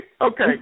Okay